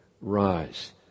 rise